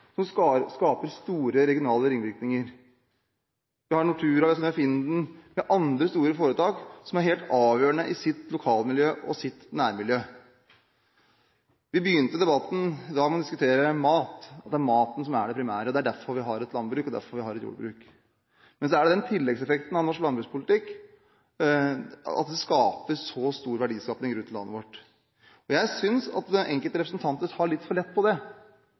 og som skaper store regionale ringvirkninger. Vi har Natura, Synnøve Finden og andre store foretak som er helt avgjørende for sitt lokal- og nærmiljø. Vi begynte debatten i dag med å diskutere mat, og det er maten som er det primære. Det er derfor vi har et landbruk, det er derfor vi har et jordbruk. Men så er tilleggseffekten av norsk landbrukspolitikk at den skaper så stor verdiskaping rundt om i landet vårt, og jeg synes at enkelte representanter tar litt for lett på det.